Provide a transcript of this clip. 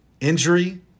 injury